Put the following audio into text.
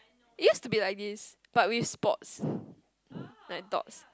it used to be like this but with spots like dots